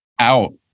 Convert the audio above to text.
out